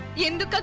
hindi